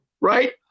right